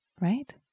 right